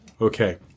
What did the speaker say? Okay